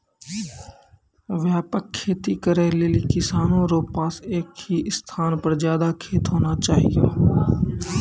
व्यापक खेती करै लेली किसानो रो पास एक ही स्थान पर ज्यादा खेत होना चाहियो